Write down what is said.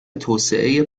توسعه